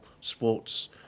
sports